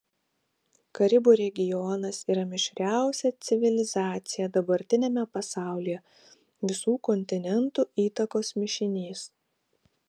karibų regionas yra mišriausia civilizacija dabartiniame pasaulyje visų kontinentų įtakos mišinys